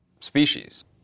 species